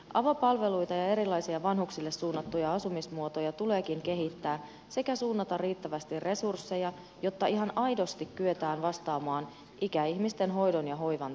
avopalveluita ja erilaisia vanhuksille suunnattuja asumismuotoja tuleekin kehittää sekä suunnata riittävästi resursseja jotta ihan aidosti kyetään vastaamaan ikäihmisten hoidon ja hoivan tarpeeseen